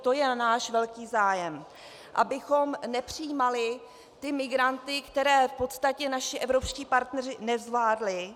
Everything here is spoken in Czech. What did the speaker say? To je náš velký zájem, abychom nepřijímali ty migranty, které v podstatě naši evropští partneři nezvládli.